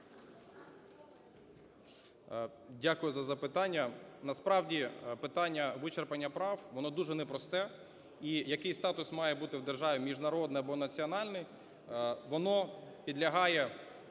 Дякую за запитання. Насправді, питання вичерпання прав, воно дуже непросте. І який статус має бути в державі – міжнародний або національний – воно підлягає